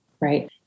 right